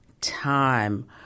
time